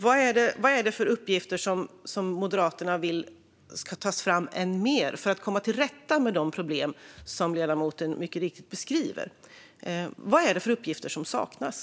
Vad är det för ytterligare uppgifter Moderaterna vill ska tas fram för att komma till rätta med de problem som ledamoten helt riktigt beskriver? Vad är det för uppgifter som saknas?